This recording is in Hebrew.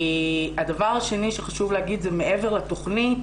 הדבר השני שחשוב להגיד זה מעבר לתוכנית,